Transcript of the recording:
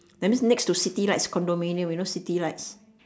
that means next to city right is condominium you know city right